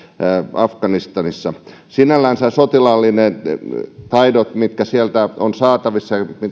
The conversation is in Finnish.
afganistanissa sinällänsä ne sotilaalliset taidot mitkä sieltä on saatavissa ja